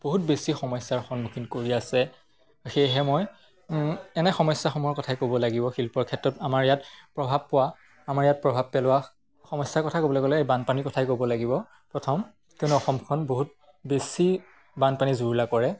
বহুত বেছি সমস্যাৰ সন্মুখীন কৰি আছে সেয়েহে মই এনে সমস্যাসমূহৰ কথাই ক'ব লাগিব শিল্পৰ ক্ষেত্ৰত আমাৰ ইয়াত প্ৰভাৱ পোৱা আমাৰ ইয়াত প্ৰভাৱ পেলোৱা সমস্যাৰ কথা ক'বলৈ গ'লে এই বানপানীৰ কথাই ক'ব লাগিব প্ৰথম কিয়নো অসমখন বহুত বেছি বানপানীয়ে জুৰুলা কৰে